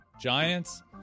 Giants